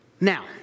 Now